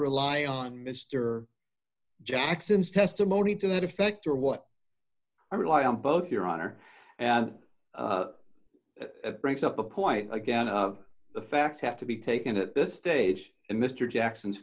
rely on mr jackson's testimony to that effect or what i rely on both your honor and that brings up the point again the facts have to be taken at this stage in mr jackson's